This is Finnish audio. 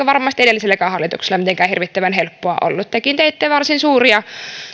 varmasti edelliselläkään hallituksella mitenkään hirvittävän helppoa ollut tekin teitte varsin suuria